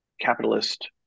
capitalist